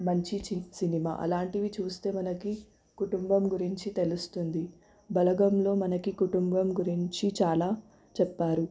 మంచి సినిమా అలాంటివి చూస్తే మనకి కుటుంబం గురించి తెలుస్తుంది బలగంలో మనకి కుటుంబం గురించి చాలా చెప్పారు